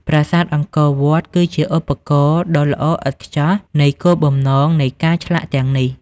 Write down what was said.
ប្រាសាទអង្គរវត្តគឺជាឧទាហរណ៍ដ៏ល្អឥតខ្ចោះនៃគោលបំណងនៃការឆ្លាក់ទាំងនេះ។